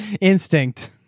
Instinct